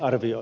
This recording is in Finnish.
kiitos